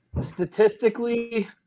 Statistically